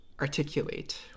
articulate